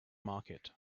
market